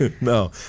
No